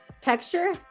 Texture